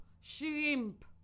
shrimp